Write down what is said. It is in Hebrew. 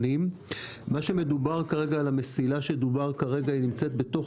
מה שמדובר כרגע על המסילה שדובר כרגע היא נמצאת בתוך